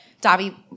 Dobby